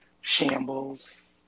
Shambles